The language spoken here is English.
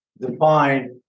defined